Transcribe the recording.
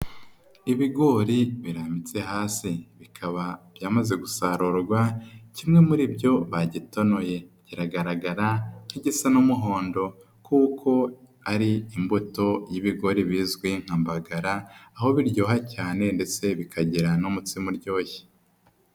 Ibigori birambitse hasi, bikaba byamaze gusarurwa, kimwe muri byo bagitonoye, kiragaragara nk'igisa n'umuhondo kuko ari imbuto y'ibigori bizwi nka Mbagara, aho biryoha cyane ndetse bikagira n'umutsima uryoshye.